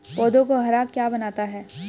पौधों को हरा क्या बनाता है?